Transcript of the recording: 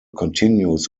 continues